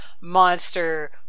monster